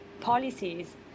policies